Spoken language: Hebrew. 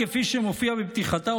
כפי שמופיע בפתיחתה,